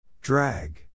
drag